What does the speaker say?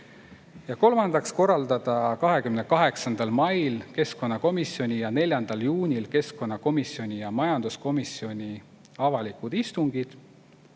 kolmandaks, korraldada 28. mail keskkonnakomisjoni ja 4. juunil keskkonnakomisjoni ja majanduskomisjoni avalikud istungid.